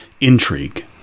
intrigue